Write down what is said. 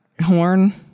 horn